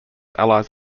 allies